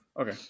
Okay